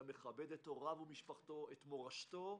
המכבד את הוריו ומשפחתו, את מורשתו,